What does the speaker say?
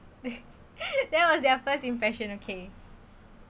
that was their first impression okay